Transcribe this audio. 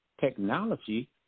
technology